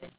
paiseh sia